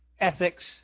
ethics